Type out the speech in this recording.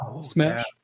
Smash